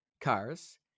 cars